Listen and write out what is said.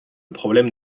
problème